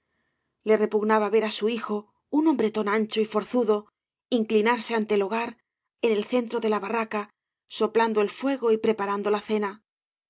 le repugnaba ver á su hijo un hombreíón ancho y forzudo inclinarse ante el hogar en el centro de la barraca soplando el fuego y preparando la cena